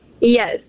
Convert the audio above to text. Yes